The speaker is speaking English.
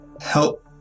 help